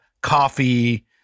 coffee